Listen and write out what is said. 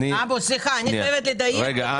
אני חייבת לדייק, הם